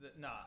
No